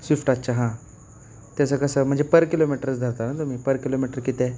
Swift अच्छा हां त्याचं कसं म्हणजे पर किलोमीटरच धरता ना तुम्ही पर किलोमीटर किती आहे